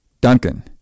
Duncan